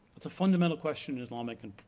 that's a fundamental question in islamic and